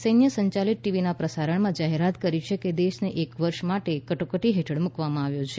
સૈન્ય સંચાલિત ટીવીના પ્રસારણમાં જાહેરાત કરી છે કે દેશને એક વર્ષ માટે કટોકટી હેઠળ મૂકવામાં આવ્યો છે